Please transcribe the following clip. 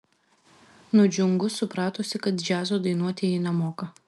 nudžiungu supratusi kad džiazo dainuoti ji nemoka